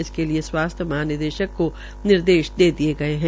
इसके लिये स्वास्थ्य महानिदेशक को निर्देश दिये गये है